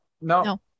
No